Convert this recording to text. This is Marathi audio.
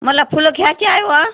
मला फुलं घ्यायची आहे वं